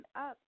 up